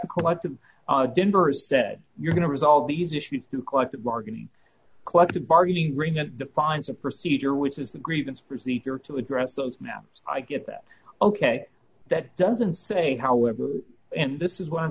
the collective deborah said you're going to resolve these issues to collective bargaining collective bargaining agreement defines a procedure which is the grievance procedure to address those maps i get that ok that doesn't say however and this is what i'm